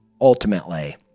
ultimately